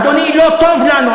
אדוני, לא טוב לנו.